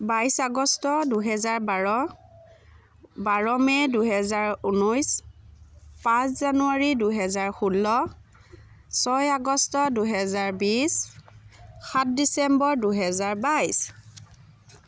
বাইছ আগষ্ট দুহেজাৰ বাৰ বাৰ মে' দুহেজাৰ উনৈছ পাঁচ জানুৱাৰী দুহেজাৰ ষোল্ল ছয় আগষ্ট দুহেজাৰ বিছ সাত ডিচেম্বৰ দুই হাজাৰ বাইছ